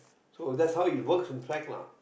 so that's how you works in fact lah